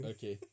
Okay